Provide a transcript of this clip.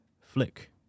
flick